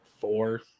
four